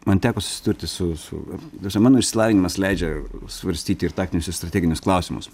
man teko susidurti su su ta prasme mano išsilavinimas leidžia svarstyti ir taktinius ir strateginius klausimus